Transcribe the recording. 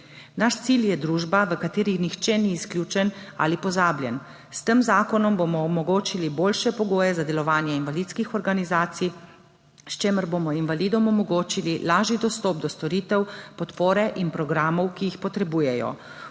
Naš cilj je družba, v kateri nihče ni izključen ali pozabljen. S tem zakonom bomo omogočili boljše pogoje za delovanje invalidskih organizacij, s čimer bomo invalidom omogočili lažji dostop do storitev, podpore in programov, ki jih potrebujejo.